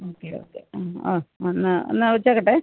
okay okay ആ ആ എന്നാൽ എന്നാൽ വച്ചേക്കട്ടേ